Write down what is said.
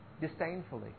disdainfully